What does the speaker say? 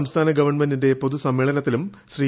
സംസ്ഥാന ഗവൺമെന്റിന്റെ പൊതുസമ്മേളനത്തിലും ശ്രീ